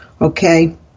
Okay